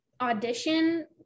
audition